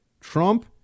trump